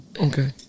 Okay